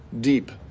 deep